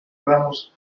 gramos